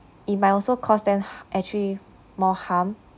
it might also cause them ha~ actually more harm